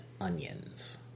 onions